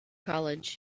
college